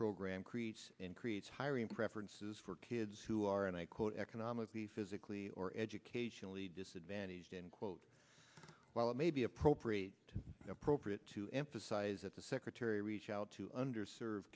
program creates and creates hiring preferences for kids who are in a quote economically physically or educationally disadvantaged end quote while it may be appropriate appropriate to emphasize that the secretary reach out to under served